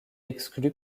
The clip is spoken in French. exclue